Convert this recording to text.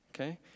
okay